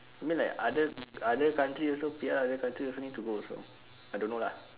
I mean like other other country also P_R other country also need to go also I don't know lah